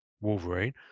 Wolverine